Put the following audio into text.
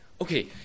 Okay